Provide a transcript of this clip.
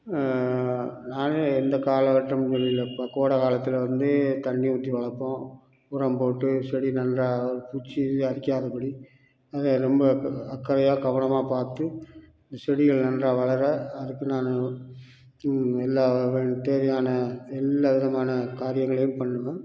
நான் எந்த காலக்கட்டமும் இல்லை இப்போ கோடைக்காலத்தில் வந்து தண்ணி ஊற்றி வளர்ப்போம் உரம் போட்டு செடி நல்லா பூச்சி அரிக்காதபடி அதை ரொம்ப அக்கறையாக கவனமாக பார்த்து செடிகளை நல்லா வளர அதுக்குண்டான எல்லா வண்ட் அதுக்கு தேவையான எந்த விதமான காரியங்களையும் பண்ணுவோம்